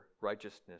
righteousness